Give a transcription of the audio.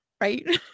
Right